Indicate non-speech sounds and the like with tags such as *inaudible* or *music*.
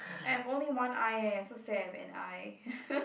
I have only one eye eh so sad I have an eye *laughs*